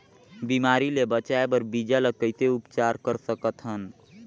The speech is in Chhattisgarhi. बिमारी ले बचाय बर बीजा ल कइसे उपचार कर सकत हन?